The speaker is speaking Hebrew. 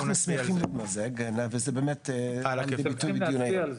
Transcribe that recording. אנחנו שמחים להתמזג, זה בא לידי ביטוי בדיון.